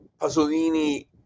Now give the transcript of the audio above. Pasolini